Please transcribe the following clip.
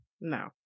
no